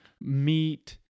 meat